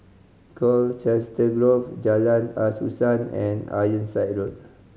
Colchester Grove Jalan Asuhan and Ironside Road